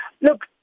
look